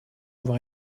avoir